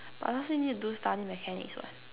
but last week need to do study mechanics what